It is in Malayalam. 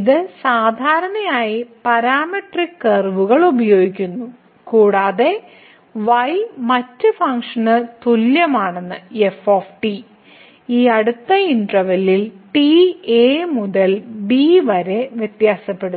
ഇത് സാധാരണയായി പാരാമെട്രിക് കർവുകൾക്ക് ഉപയോഗിക്കുന്നു കൂടാതെ y മറ്റ് ഫംഗ്ഷന് തുല്യമാണ് f ഈ അടുത്ത ഇന്റെർവെല്ലിൽ t a മുതൽ b വരെ വ്യത്യാസപ്പെടുന്നു